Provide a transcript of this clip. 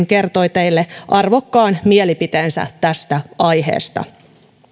kertoi teille arvokkaan mielipiteensä tästä aiheesta